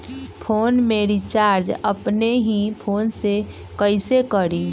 Phone में recharge अपने ही फ़ोन से कईसे करी?